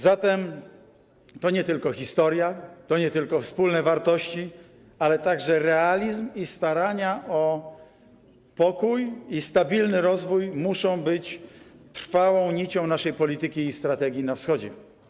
Zatem nie tylko historia, nie tylko wspólne wartości, ale także realizm i starania o pokój oraz stabilny rozwój muszą być trwałą nicią naszej polityki i strategii na Wschodzie.